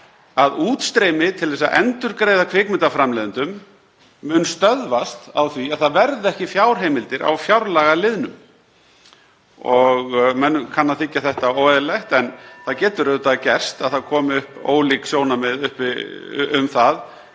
að útstreymi til að endurgreiða kvikmyndaframleiðendum mun stöðvast á því að ekki verði fjárheimildir á fjárlagaliðnum. Mönnum kann að þykja þetta óeðlilegt en það getur auðvitað gerst að það komi upp ólík sjónarmið um það